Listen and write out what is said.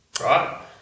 Right